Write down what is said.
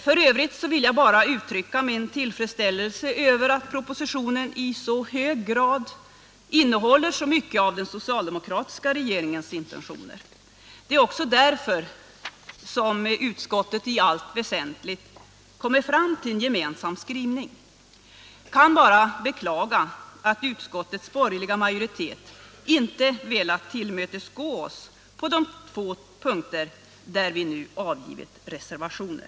F. ö. vill jag bara uttrycka min tillfredsställelse över att propositionen i så hög grad innehåller så mycket av den socialdemokratiska regeringens intentioner. Det är också därför som utskottet i allt väsentligt kommit fram till en gemensam skrivning. Jag kan bara beklaga att utskottets borgerliga majoritet inte velat tillmötesgå oss på de två punkter där vi nu avgivit reservationer.